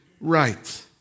right